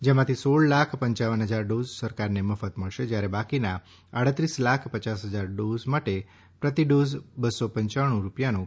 જેમાંથી સોળ લાખ પાંચ હજાર ડોઝ સરકારને મફત મળશે જ્યારે બાકીના આડત્રીસ લાખ પયાસ હજાર ડોઝ માટે પ્રતિ ડોઝ બસો પંચાણુ રૂપિયાનો ખર્ચ થશે